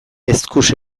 eskuz